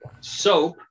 Soap